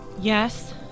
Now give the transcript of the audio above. Yes